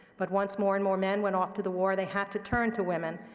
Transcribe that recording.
but once more and more men went off to the war, they had to turn to women.